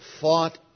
fought